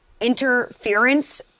interference